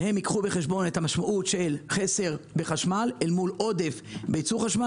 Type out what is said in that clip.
הם ייקחו בחשבון את המשמעות של חסר בחשמל אל מול עודף בייצור חשמל